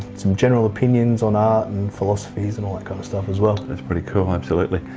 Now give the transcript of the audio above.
some general opinions on art and philosophies, and all that kind of stuff as well. that's pretty cool, absolutely.